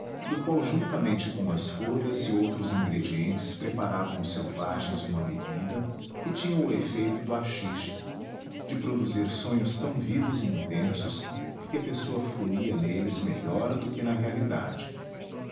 do qual juntamente com as folhas e outros ingredientes preparavam os selvagens uma bebida que tinha o efeito do haxixe de produzir sonhos tão vivos e intensos que a pessoa fruía neles melhor do que na realidade